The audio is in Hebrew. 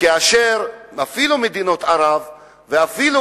כאשר אפילו מדינות ערב ואפילו